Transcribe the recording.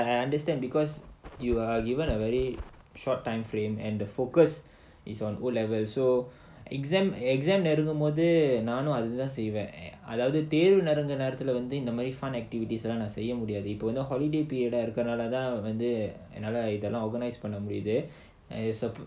no lah I understand because you are given a very short time frame and the focus is on O levels so exam exam நெருங்கும் போது நானும் அதான் செய்வேன் தேர்வு நெருங்கும் போது இந்த மாதிரி:nerungum pothu naanum adhaan seivaen thervu nerungum pothu indha maadhiri fun activities எல்லாம் செய்ய முடியாது இப்போனா:ellaam seiya mudiyaathu ipponaa holiday period இருக்குறதாலதான் இதெல்லாம் பண்ண முடியுது:irukkurathaalathaan idhellaam panna mudiyuthu